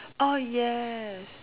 ah yes